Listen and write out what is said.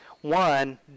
One